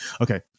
Okay